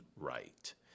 right